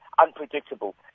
unpredictable